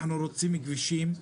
אנחנו רוצים כבישים,